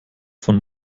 von